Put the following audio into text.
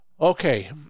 Okay